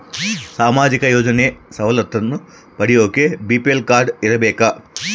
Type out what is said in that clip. ಸಾಮಾಜಿಕ ಯೋಜನೆ ಸವಲತ್ತು ಪಡಿಯಾಕ ಬಿ.ಪಿ.ಎಲ್ ಕಾಡ್೯ ಇರಬೇಕಾ?